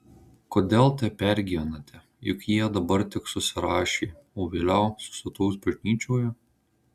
kodėl taip pergyvenate juk jie dabar tik susirašė o vėliau susituoks bažnyčioje